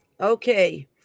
Okay